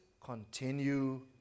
continue